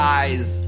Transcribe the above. eyes